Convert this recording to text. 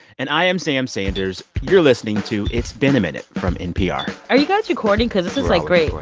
and i am sam sanders. you're listening to it's been a minute from npr are you guys recording cause this is, like, great?